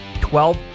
Twelve